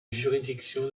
juridiction